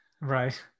Right